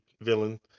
villain